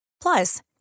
Plus